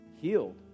healed